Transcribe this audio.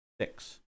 Six